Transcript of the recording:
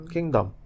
Kingdom